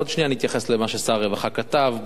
עוד שנייה נתייחס למה ששר הרווחה כתב,